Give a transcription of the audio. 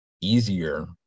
easier